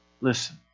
Listen